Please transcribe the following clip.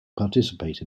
participate